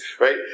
right